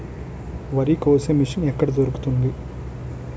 వరి కోసే మిషన్ ఎక్కడ దొరుకుతుంది?